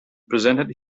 presented